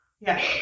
Yes